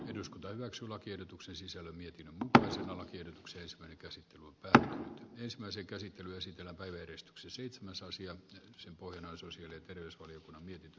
käsittelyn pohjana on sosiaali ja tätä sanoo ehdotuksensa pelkäsi tämän ensimmäisen käsittelyä siten voimme edes txeseitsemäsasia sen pohjana sosiaali terveysvaliokunnan mietintö